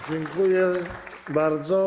Dziękuję bardzo.